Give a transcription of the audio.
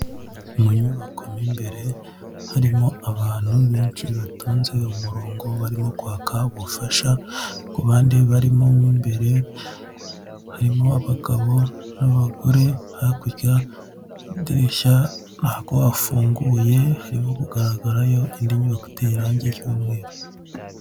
Mu nyubako mw'imbere harimo abantu benshi batonze umurongo, barimo kwaka ubufasha. Ku bandi barimo mw' imbere harimo abagabo n'abagore, hakurya idirishya ntago hafunguye, harimo kugaragarayo indi nyubako iteye irangi ry'umweru.